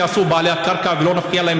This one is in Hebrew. שבעלי הקרקע יעשו עסקים ולא נפקיע להם